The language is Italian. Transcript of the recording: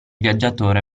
viaggiatore